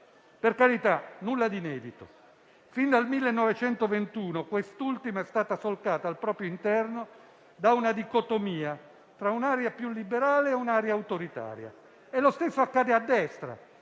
Per carità, nulla di inedito: fin dal 1921 quest'ultima è stata solcata al proprio interno da una dicotomia tra un'area più liberale e un'area autoritaria. E lo stesso accade a destra,